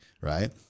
right